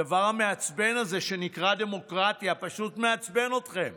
הדבר המעצבן הזה שנקרא דמוקרטיה פשוט מעצבן אתכם,